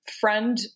friend